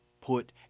put